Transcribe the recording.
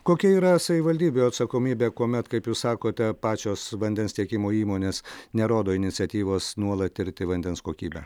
kokia yra savivaldybių atsakomybė kuomet kaip jūs sakote pačios vandens tiekimo įmonės nerodo iniciatyvos nuolat tirti vandens kokybę